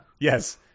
Yes